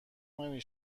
نمی